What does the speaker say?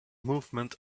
movement